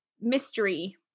mystery